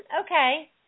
Okay